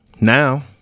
Now